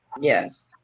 Yes